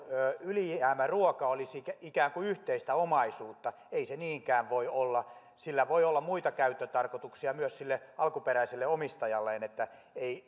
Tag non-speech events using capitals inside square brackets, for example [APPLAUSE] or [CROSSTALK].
ylijäämäruoka olisi ikään kuin yhteistä omaisuutta että ei se niinkään voi olla sillä voi olla muita käyttötarkoituksia myös sille alkuperäiselle omistajalle ei [UNINTELLIGIBLE]